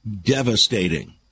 devastating